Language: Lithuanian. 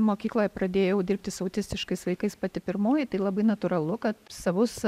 mokykloje pradėjau dirbti su autistiškais vaikais pati pirmoji tai labai natūralu kad savus